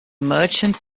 merchant